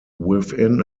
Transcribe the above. within